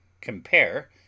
Compare